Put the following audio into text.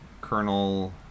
Colonel